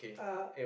(uh huh)